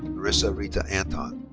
marissa rita anton.